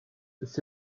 ist